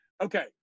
okay